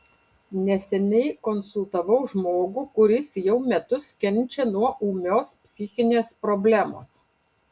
neseniai konsultavau žmogų kuris jau metus kenčia nuo ūmios psichinės problemos